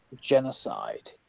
genocide